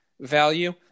value